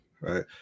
right